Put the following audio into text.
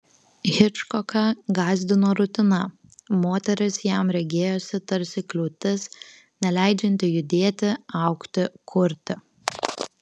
hičkoką gąsdino rutina moteris jam regėjosi tarsi kliūtis neleidžianti judėti augti kurti